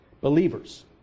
Believers